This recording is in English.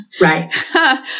Right